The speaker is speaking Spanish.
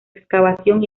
excavación